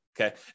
okay